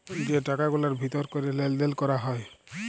যে টাকা গুলার ভিতর ক্যরে লেলদেল ক্যরা হ্যয়